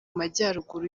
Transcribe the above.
majyaruguru